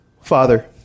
Father